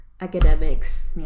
academics